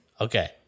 Okay